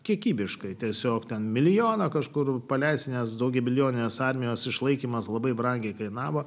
kiekybiškai tiesiog tą milijoną kažkur palesinęs daugiamilijoninės armijos išlaikymas labai brangiai kainavo